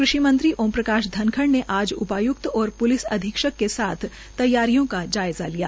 कृषि मंत्री ओम प्रकाश ध्नखड ने आज उपाय्क्त और प्लिस अधीक्षक के साथ तैयारियों का जायंज़ा लिया